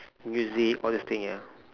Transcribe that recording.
music all those things yeah